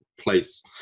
place